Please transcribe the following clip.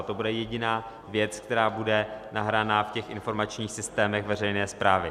A to bude jediná věc, která bude nahraná v těch informačních systémech veřejné správy.